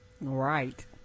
Right